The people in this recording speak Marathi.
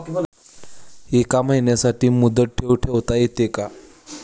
एका महिन्यासाठी मुदत ठेव ठेवता येते का?